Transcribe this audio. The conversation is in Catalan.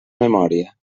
memòria